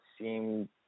seem